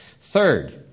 Third